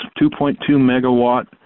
2.2-megawatt